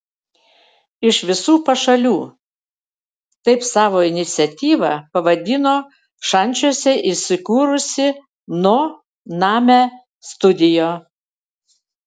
iš visų pašalių taip savo iniciatyvą pavadino šančiuose įsikūrusi no name studio